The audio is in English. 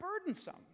burdensome